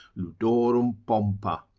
ludorum pompa,